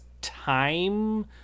time